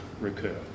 recur